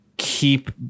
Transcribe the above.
keep